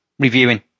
reviewing